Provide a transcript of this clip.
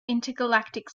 intergalactic